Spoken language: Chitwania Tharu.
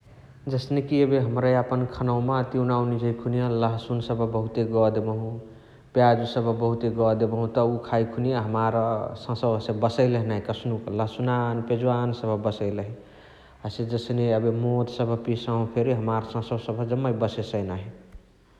जसनेकी एबे हमरा यापन खानवम तिउनावा निझै खुनिया लहसुन सबहा बहुते गहा देबहु । प्याजु सबहा बहुते गहा देबहु त उअ खाइ खुनिया हमार ससवा हसे बसैलही नही कसनुक लहसुनानी प्याजुआनी सबहा बसैलही । हसे जस्ने अबे मोद समह पियसाहु फेरी हमार ससवा जामऐ बसेसै नाही ।